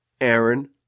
Aaron